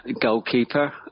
goalkeeper